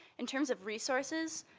in terms of resources,